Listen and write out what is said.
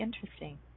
interesting